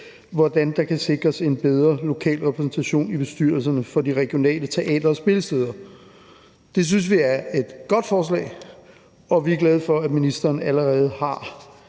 hvordan der kan sikres en bedre lokal repræsentation i bestyrelserne for de regionale teatre, spillesteder ...«. Det synes vi er et godt forslag, og vi er glade for, at ministeren allerede har